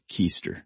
keister